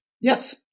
yes